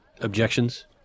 objections